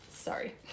Sorry